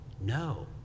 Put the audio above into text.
No